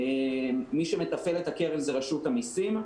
מי שמתפעל את הקרן זו רשות המסים.